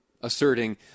asserting